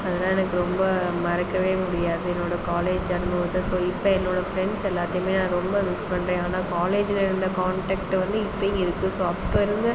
அதல்லாம் எனக்கு ரொம்ப மறக்கவே முடியாது என்னோடய காலேஜ் அனுபவத்தை ஸோ இப்போ என்னோடய ஃப்ரெண்ட்ஸ் எல்லாத்தேயுமே நான் ரொம்ப மிஸ் பண்ணுறேன் ஆனால் காலேஜில் இருந்த காண்டாக்ட் வந்து இப்போயும் இருக்குது ஸோ அப்போ இருந்து